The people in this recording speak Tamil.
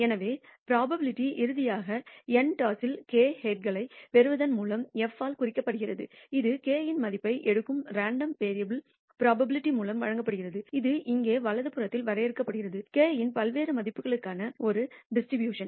எனவே புரோபாபிலிடி இறுதியாக n டாஸில் k ஹெட்களைப் பெறுவதன் மூலம் f ஆல் குறிக்கப்படுகிறது இது k இன் மதிப்பை எடுக்கும் ரேண்டம் வேரியபுல் புரோபாபிலிடி மூலம் வழங்கப்படுகிறது இது இங்கே வலது புறத்தில் வரையறுக்கப்படுகிறது k இன் பல்வேறு மதிப்புகளுக்கான இந்த டிஸ்ட்ரிபியூஷன்